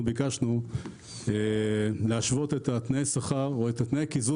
אנחנו ביקשנו להשוות את תנאי הקיזוז.